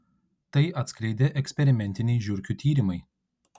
tai atskleidė eksperimentiniai žiurkių tyrimai